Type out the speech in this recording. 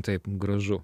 taip gražu